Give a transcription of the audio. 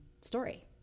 story